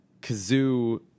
kazoo